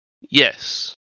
Yes